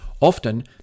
Often